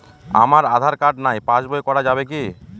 আমার আঁধার কার্ড নাই পাস বই করা যাবে কি?